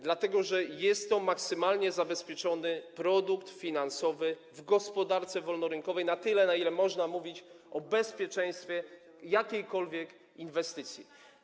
Dlatego że jest to maksymalnie zabezpieczony produkt finansowy w gospodarce wolnorynkowej, na tyle, na ile można mówić o bezpieczeństwie jakiejkolwiek inwestycji.